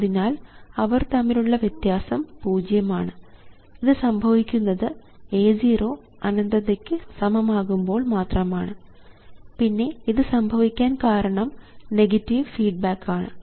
അതിനാൽ അവർ തമ്മിലുള്ള വ്യത്യാസം പൂജ്യം ആണ് ഇത് സംഭവിക്കുന്നത് A0 അനന്തതയ്ക്ക് സമമാകുമ്പോൾ മാത്രമാണ് പിന്നെ ഇത് സംഭവിക്കാൻ കാരണം നെഗറ്റീവ് ഫീഡ്ബാക്ക് ആണ്